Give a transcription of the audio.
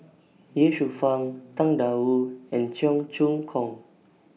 Ye Shufang Tang DA Wu and Cheong Choong Kong